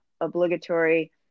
obligatory